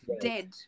dead